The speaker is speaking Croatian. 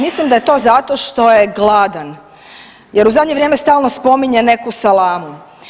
Mislim da je to zato što je gladan, jer u zadnje vrijeme stalno spominje neku salamu.